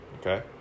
Okay